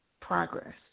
progress